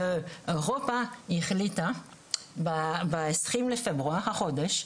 אירופה החליטה בשני בפברואר, החודש,